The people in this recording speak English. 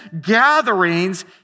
gatherings